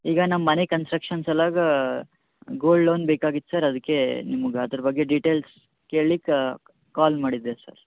ಈಗ ನಮ್ಮ ಮನೆ ಕಂಸ್ಟ್ರಕ್ಷನ್ ಸಲ್ವಾಗಿ ಗೋಲ್ಡ್ ಲೋನ್ ಬೇಕಾಗಿತ್ತು ಸರ್ ಅದಕೇ ನಿಮ್ಗೆ ಅದ್ರ ಬಗ್ಗೆ ಡಿಟೇಲ್ಸ್ ಕೇಳ್ಲಿಕ್ಕೆ ಕಾಲ್ ಮಾಡಿದ್ದೆ ಸರ್